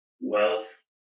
wealth